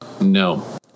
No